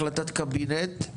החלטת קבינט,